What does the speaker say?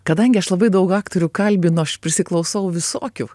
kadangi aš labai daug aktorių kalbinu aš prisiklausau visokių